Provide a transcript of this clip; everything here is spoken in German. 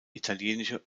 italienische